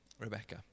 rebecca